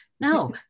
No